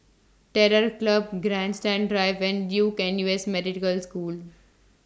Terror Club Grandstand Drive and Duke N U S Medical School